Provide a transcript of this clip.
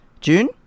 june